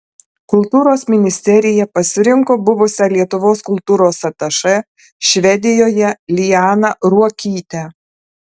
kultūros ministerija pasirinko buvusią lietuvos kultūros atašė švedijoje lianą ruokytę